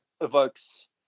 evokes